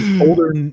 older